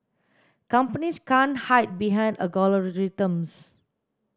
companies can't hide behind algorithms